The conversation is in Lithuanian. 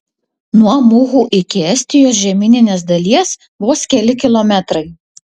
nuo muhu iki estijos žemyninės dalies vos keli kilometrai